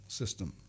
system